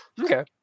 okay